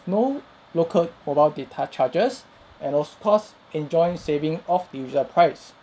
no local mobile data charges and of course enjoy saving off the usual price